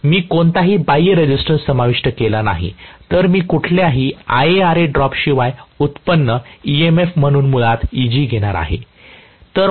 मी कोणताही बाह्य रेझिस्टन्स समाविष्ट केला नाही तर मी कुठल्याही IaRa ड्रॉपशिवाय व्युत्पन्न EMF म्हणून मुळात Eg घेणार आहे